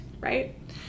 right